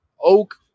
oak